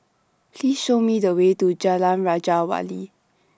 Please Show Me The Way to Jalan Raja Wali